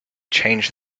change